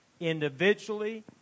individually